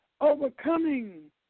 overcoming